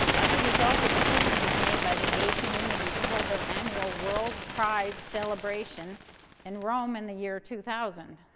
as a result, a decision was made by the gay community to hold their annual world pride celebration in rome in the year two thousand.